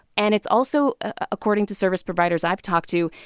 and it's also, according to service providers i've talked to,